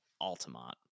Altamont